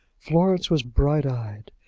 florence was bright-eyed.